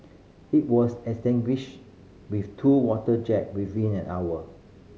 it was extinguished with two water jet within an hour